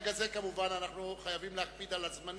מרגע זה אנחנו חייבים להקפיד על הזמנים,